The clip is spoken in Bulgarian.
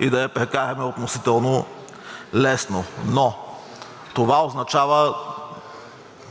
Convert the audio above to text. и да я прекараме относително лесно. Но това означава